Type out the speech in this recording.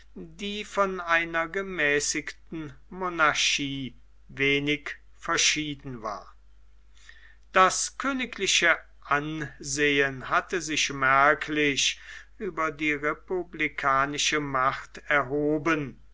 die von einer gemäßigten monarchie wenig verschieden war das königliche ansehen hatte sich merklich über die republikanische macht erhoben